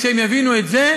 כשהם יבינו את זה,